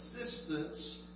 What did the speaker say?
assistance